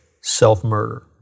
self-murder